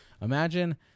imagine